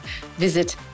Visit